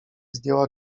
zdjęła